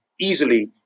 easily